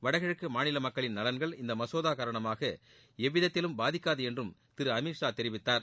வடகிழக்கு மாநில மக்களின் நலன்கள் இந்த மசோதா காரணமாக எவ்விதத்திலும் பாதிக்காது என்றும் திரு அமித் ஷா தெரிவித்தார்